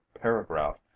paragraph